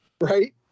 right